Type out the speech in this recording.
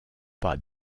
pas